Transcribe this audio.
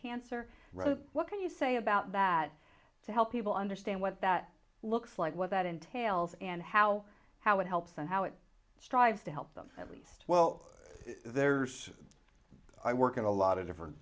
cancer what can you say about that to help people understand what that looks like what that entails and how how it helps and how it strives to help them at least well there's i work in a lot of different